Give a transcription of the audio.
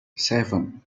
seven